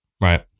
Right